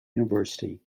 university